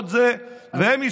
אתה רוצה תשובה?